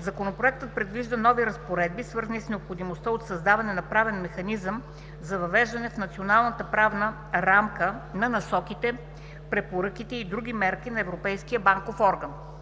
Законопроектът предвижда нови разпоредби, свързани с необходимостта от създаване на правен механизъм за въвеждане в националната правна рамка на насоките, препоръките и други мерки на Европейския банков орган.